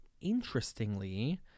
interestingly